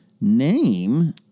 name